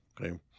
Okay